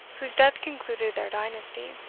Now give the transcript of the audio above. whose death concluded their dynasty.